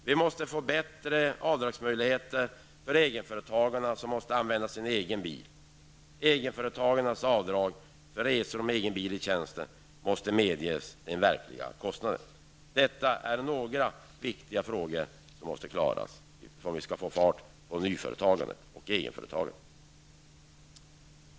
Vi måste förbättra avdragsmöjligheter för egenföretagarna som måste använda sin egen bil. Avdrag för resor med egen bil i tjänsten för egenföretagarna måste medges med den verkliga kostnaden. Detta är några viktiga frågor som måste klaras så att vi kan få fart på nyföretagande och egenföretagande.